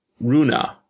Runa